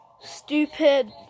stupid